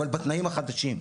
אבל בתנאים החדשים,